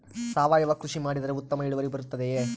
ಸಾವಯುವ ಕೃಷಿ ಮಾಡಿದರೆ ಉತ್ತಮ ಇಳುವರಿ ಬರುತ್ತದೆಯೇ?